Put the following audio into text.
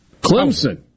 Clemson